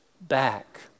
back